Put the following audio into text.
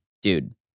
Dude